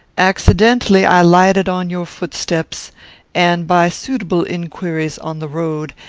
accidentally i lighted on your footsteps and, by suitable inquiries on the road,